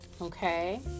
Okay